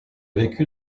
vécu